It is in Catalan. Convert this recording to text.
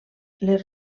les